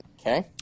Okay